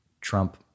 Trump